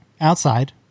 outside